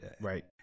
Right